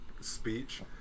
speech